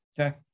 okay